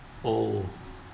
oh